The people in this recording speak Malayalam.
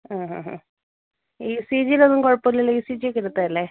ആ ഹാ ഹാ ഇ സി ജി ലൊന്നും കുഴപ്പം ഇല്ലല്ലോ ഇ സി ജി യൊക്കെ എടുത്തതല്ലേ